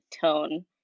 tone